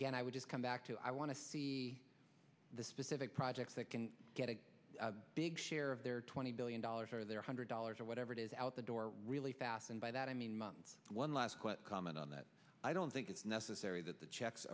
again i would just come back to i want to see the specific projects that can get a big share of their twenty billion dollars or their hundred dollars or whatever it is out the door really fast and by that i mean months one last quick comment on that i don't think it's necessary that the checks